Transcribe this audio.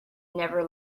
never